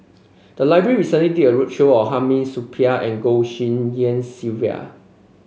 the library recently did a roadshow on Hamid Supaat and Goh Tshin En Sylvia